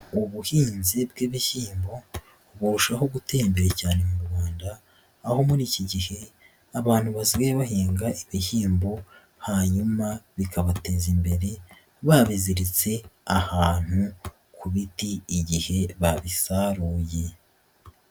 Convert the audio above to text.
Ubuhinzi bw'ibishyimbo burushaho gute imbere cyane mu Rwanda, aho muri iki gihe abantu basigaye bahinga ibihembo hanyuma bikabateza imbere, babiziritse ahantu ku biti igihe babisaruye.